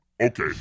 Okay